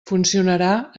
funcionarà